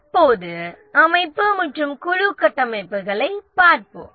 இப்போது அமைப்பு மற்றும் குழு கட்டமைப்புகளைப் பார்ப்போம்